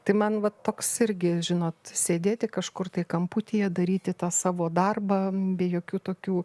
tai man vat toks irgi žinot sėdėti kažkur tai kamputyje daryti tą savo darbą be jokių tokių